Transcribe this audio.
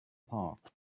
park